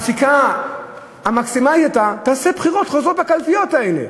הפסיקה המקסימלית הייתה צריכה להיות: תעשה בחירות חוזרות בקלפיות האלה.